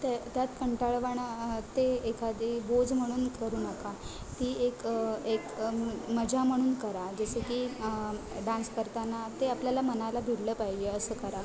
त्या त्यात कंटाळवाणा ते एखादी बोज म्हणून करू नका ती एक एक मजा म्हणून करा जसं की डान्स करताना ते आपल्याला मनाला भिडलं पाहिजे असं करा